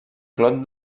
clot